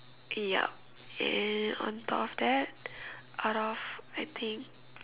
yup and on top of that out of I think